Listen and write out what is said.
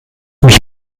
mich